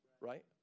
right